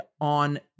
on